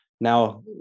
Now